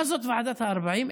מה זאת ועדת ה-40?